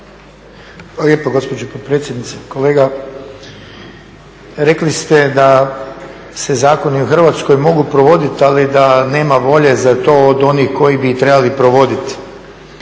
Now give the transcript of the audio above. lijepo gospođo potpredsjednice. Kolega, rekli ste da se zakoni u Hrvatskoj mogu provodit, ali da nema volje za to od onih koji bi ih trebali provodit.